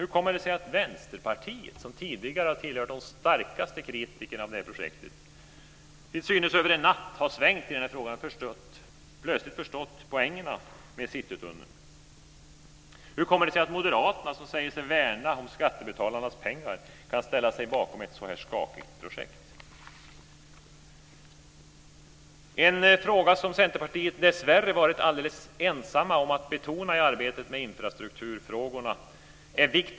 Hur kommer det sig att Vänsterpartiet, som tidigare har tillhört de starkaste kritikerna av det här projektet, till synes över en natt har svängt i frågan och plötsligt förstått poängerna med Citytunneln? Hur kommer det sig att Moderaterna, som säger sig värna om skattebetalarnas pengar, kan ställa sig bakom ett så här skakigt projekt?